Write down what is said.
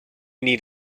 need